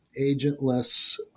agentless